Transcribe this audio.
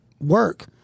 work